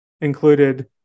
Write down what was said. included